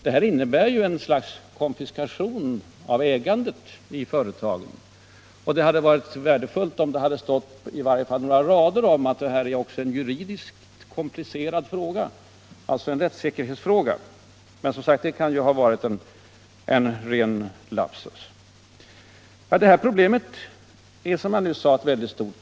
Det här innebär ju ett slags konfiskation av ägandet i företagen, och det hade varit värdefullt om det i svaret hade stått i varje fall några rader om att detta också är en juridiskt komplicerad fråga, alltså en rättssäkerhetsfråga. Men det kan som sagt ha varit en ren lapsus. Det här problemet är, som jag nyss sade, väldigt stort.